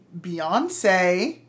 Beyonce